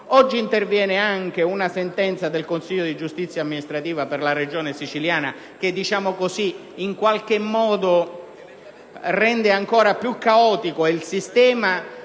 Oggi interviene anche una sentenza del Consiglio di giustizia amministrativa per la Regione siciliana che in qualche mondo rende ancora più caotico il sistema,